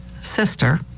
sister